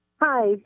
Hi